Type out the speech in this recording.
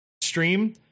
stream